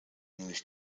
english